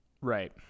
Right